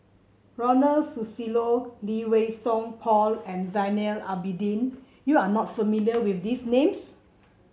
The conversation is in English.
Ronald Susilo Lee Wei Song Paul and Zainal Abidin you are not familiar with these names